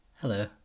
Hello